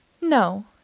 No